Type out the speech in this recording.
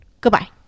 Goodbye